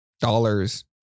Dollars